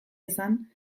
izan